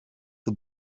the